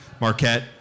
Marquette